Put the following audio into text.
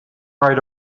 right